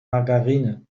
margarine